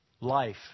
life